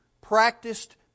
practiced